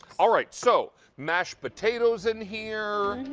all right, so mashed potatoes in here,